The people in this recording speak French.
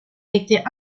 été